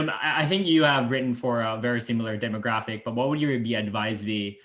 i think you have written for a very similar demographic, but what would you be advise me,